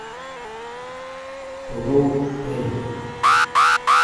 Ku ruk tei